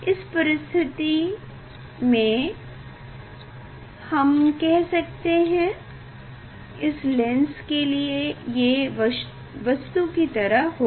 इस परिस्थिति में हम कह सकते हैं इस लेंस के लिए ये वस्तु की तरह होगा